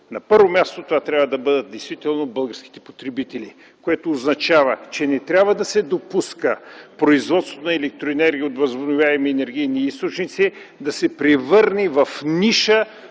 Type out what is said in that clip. На първо място, това наистина трябва да бъдат българските потребители. Това означава, че не трябва да се допуска производството на електроенергия от възобновяеми енергийни източници да се превърне в ниша